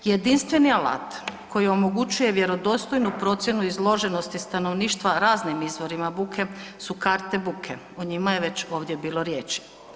Jedinstveni alat koji omogućuje vjerodostojnu procjenu izloženosti stanovništva raznim izvorima buke su karte buke, o njima je ovdje već bilo riječ.